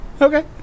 Okay